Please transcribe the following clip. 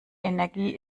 energie